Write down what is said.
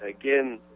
again